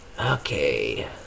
Okay